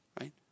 Right